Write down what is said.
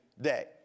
day